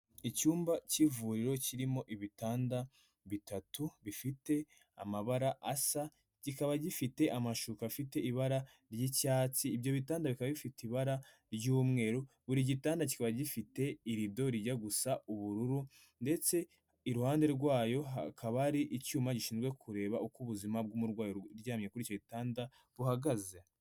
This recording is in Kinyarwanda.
Icyumba cy'ivuriro kirimo ibitanda bitatu bifite amabara asa kikaba gifite amashuka afite ibara ry'icyatsi, ibyo bitanda bikaba bifite ibara ry'umweru buri gitanda kibaba gifite irido rijya gusa ubururu, ndetse i ruhande rwayo hakaba hari icyuma gishinzwe kureba uko ubuzima bw'umurwayi uryamye kuri icyo gitanda buhagaze.